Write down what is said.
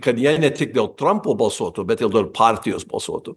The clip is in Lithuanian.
kad jie ne tik dėl trampo balsuotų bet ir dėl partijos balsuotų